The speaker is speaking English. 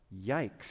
Yikes